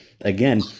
again